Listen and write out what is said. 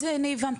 את זה אני הבנתי,